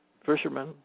Fishermen